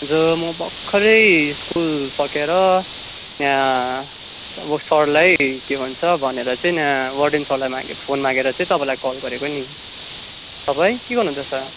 हजुर म भर्खर स्कुल सकेर यहाँ सरलाई के भन्छ भनेर चाहिँ यहाँ वार्डन सरलाई फोन मागेर चाहिँ तपाईँलाई कल गरेको नि तपाईँ के गर्नु हुँदैछ